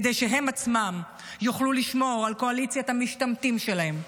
כדי שהם עצמם יוכלו לשמור על קואליציית המשתמטים שלהם.